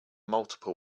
multiple